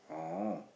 oh